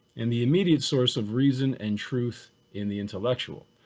and the immediate source of reason and truth in the intellectual.